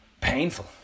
painful